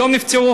היום נפצעו,